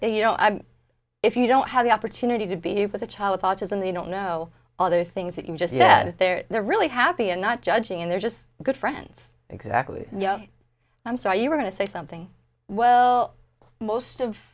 you know i'm if you don't have the opportunity to be but a child with autism they don't know all those things that you just that they're really happy and not judging and they're just good friends exactly yeah i'm sorry you were going to say something well most of